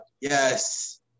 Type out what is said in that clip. yes